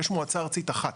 יש מועצה ארצית אחת.